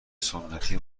سنتی